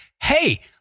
Hey